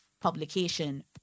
publication